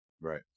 Right